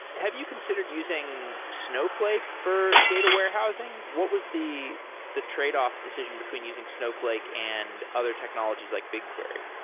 have you considered using snowfl ake for data warehousing? what was the the tradeoff decision between using snowfl ake and other technologies like bitquery?